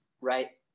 right